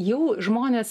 jau žmonės